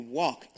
walk